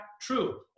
true